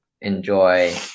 enjoy